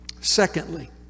Secondly